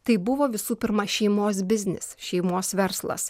tai buvo visų pirma šeimos biznis šeimos verslas